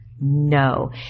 no